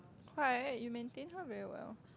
why you maintain her very well